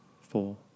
four